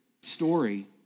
story